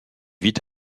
vit